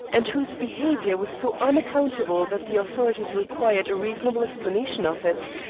and whose behavior was so unaccountable that the authorities required a reasonable explanation of it.